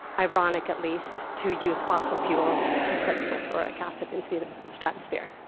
ironic, at least, to use fossil fuels to put sulfuric acid into the stratosphere?